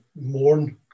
mourn